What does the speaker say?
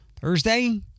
Thursday